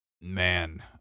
man